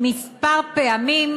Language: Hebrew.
אם יצעקו,